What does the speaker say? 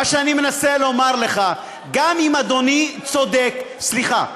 מה שאני מנסה לומר לך, גם אם אדוני צודק, סליחה.